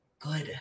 good